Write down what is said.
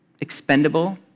expendable